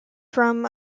from